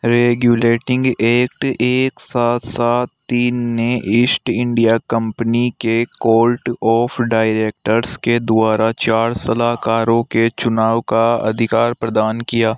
regulating act एक सात सात तीन ने ईस्ट इंडिया कंपनी के कोर्ट ऑफ डायरेक्टर्स के द्वारा चार सलाहकारों के चुनाव का अधिकार प्रदान किया